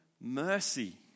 mercy